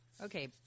Okay